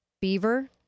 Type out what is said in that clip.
Beaver